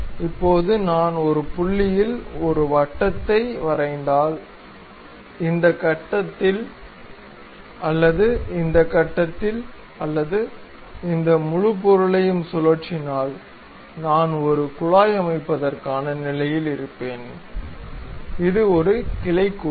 இப்போது நான் ஒரு புள்ளியில் ஒரு வட்டத்தை வரைந்தால் இந்த கட்டத்தில் அல்லது இந்த கட்டத்தில் அல்லது இந்த முழு பொருளையும் சுழற்றினால் நான் ஒரு குழாய் அமைப்பதற்கான நிலையில் இருப்பேன் இது ஒரு கிளை கூட்டு